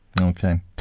Okay